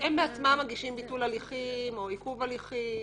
הם בעצמם מגישים ביטול הליכים או עיכוב הליכים,